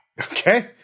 Okay